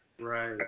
right